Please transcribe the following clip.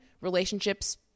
relationships